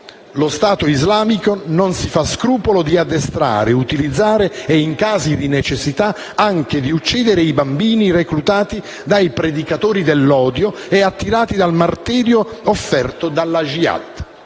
lo Stato islamico non si fa scrupolo di addestrare, utilizzare e - in casi di necessità - anche di uccidere i bambini, reclutati dai predicatori dell'odio e attirati dal martirio offerto dalla *jihad.*